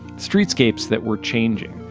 streetscapes that were changing,